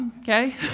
okay